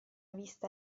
vista